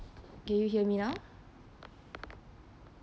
can you hear me now